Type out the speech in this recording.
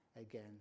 again